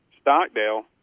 Stockdale